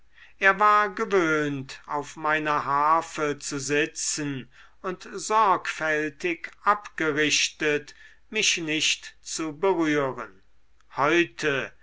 er war gewöhnt auf meiner harfe zu sitzen und sorgfältig abgerichtet mich nicht zu berühren heute